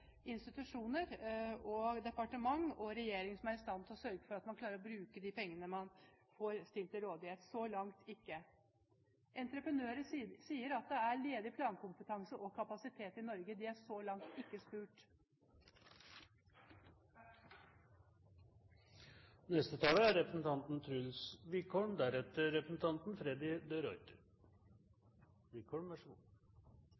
institusjoner og departement og regjering som er i stand til å sørge for at man klarer å bruke de pengene man får stilt til rådighet. Så langt ikke. Entreprenører sier at det er ledig plankompetanse og kapasitet i Norge. De er så langt ikke spurt. Regjeringen leverer en solid satsing på skole og utdanning. Og det er